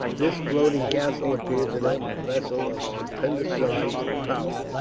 this floating castle appeared to them a vessel of stupendous size and power.